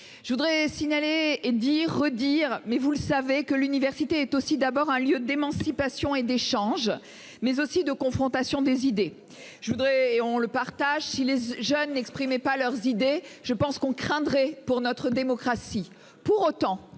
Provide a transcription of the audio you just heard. Je voudrais signaler et dire, redire, mais vous le savez, que l'université est aussi d'abord un lieu d'émancipation et d'échanges mais aussi de confrontation des idées je voudrais et on le partage. Si les jeunes n'exprimait pas leurs idées, je pense qu'on craindrait pour notre démocratie. Pour autant,